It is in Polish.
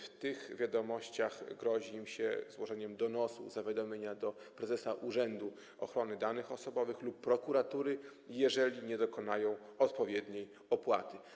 W tych wiadomościach grozi im się złożeniem donosu, zawiadomienia do prezesa Urzędu Ochrony Danych Osobowych lub prokuratury, jeżeli nie dokonają odpowiedniej opłaty.